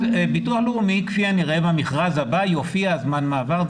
אז ביטוח לאומי, כנראה במכרז הבא יופיע זמן מעבר.